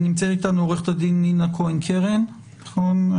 והדברים בעיניי הם דברים חמורים, קשים, לא ראויים